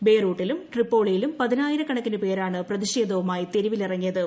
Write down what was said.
ബേയ്റൂട്ടിലും ട്രിപ്പോളിയിലും പതിനായിരക്കണക്കിന് പേരാണ് പ്രതിഷേധവുമായി തെരുവിലിറങ്ങിയത്